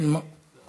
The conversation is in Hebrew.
שאילתה